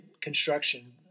construction